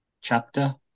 chapter